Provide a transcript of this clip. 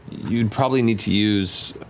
you would probably need to use,